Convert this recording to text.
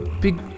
big